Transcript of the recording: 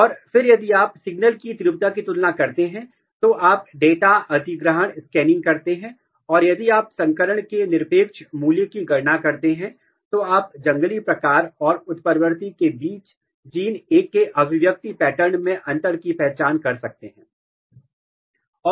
और फिर यदि आप सिग्नल की तीव्रता की तुलना करते हैं तो आप डेटा अधिग्रहण स्कैनिंग करते हैं और यदि आप संकरण के निरपेक्ष मूल्य की गणना करते हैं तो आप जंगली प्रकार और उत्परिवर्ती के बीच जीन ए के अभिव्यक्ति पैटर्न में अंतर की पहचान कर सकते हैं